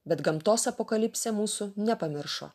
bet gamtos apokalipsė mūsų nepamiršo